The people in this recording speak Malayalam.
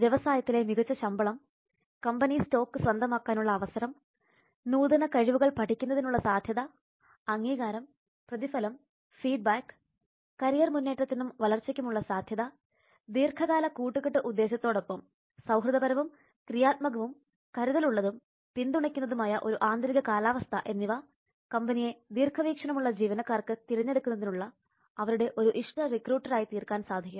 വ്യവസായത്തിലെ മികച്ച ശമ്പളം കമ്പനി സ്റ്റോക്ക് സ്വന്തമാക്കാനുള്ള അവസരം നൂതന കഴിവുകൾ പഠിക്കുന്നതിനുള്ള സാധ്യത അംഗീകാരം പ്രതിഫലം ഫീഡ്ബാക്ക് കരിയർ മുന്നേറ്റത്തിനും വളർച്ചയ്ക്കും ഉള്ള സാധ്യത ദീർഘകാല കൂട്ടുകെട്ട് ഉദ്ദേശത്തോടൊപ്പം സൌഹൃദപരവും ക്രിയാത്മകവും കരുതൽ ഉള്ളതും പിന്തുണയ്ക്കുന്നതും ആയ ഒരു ആന്തരിക കാലാവസ്ഥ എന്നിവ കമ്പനിയെ ദീർഘവീക്ഷണമുള്ള ജീവനക്കാർക്ക് തിരഞ്ഞെടുക്കുന്നതിനുള്ള അവരുടെ ഒരു ഇഷ്ട റിക്രൂട്ട്റായി തീർക്കാൻ സഹായിക്കും